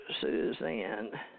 Suzanne